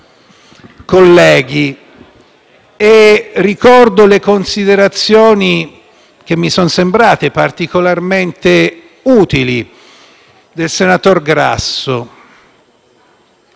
Colleghi, ricordo le considerazioni, che mi sono sembrate particolarmente utili, del senatore Grasso: